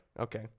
Okay